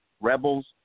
rebels